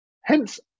hence